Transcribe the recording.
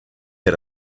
out